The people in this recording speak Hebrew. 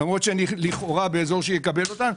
למרות שאני לכאורה באזור שיקבל אותן?